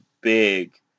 big